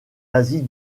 asie